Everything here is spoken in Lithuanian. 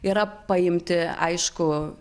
yra paimti aišku